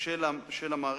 של המערכת,